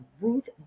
Ruth